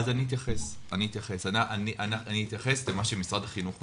אני אתייחס למה שמשרד החינוך עושה.